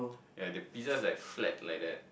yea the pizza is like flat like that